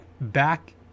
back